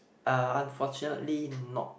uh unfortunately not